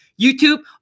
YouTube